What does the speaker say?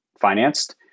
financed